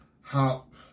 hop